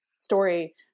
story